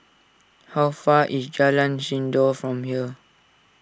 how far away is Jalan Sindor from here